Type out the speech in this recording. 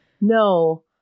no